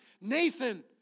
Nathan